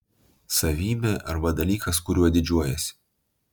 savybė arba dalykas kuriuo didžiuojiesi